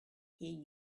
hear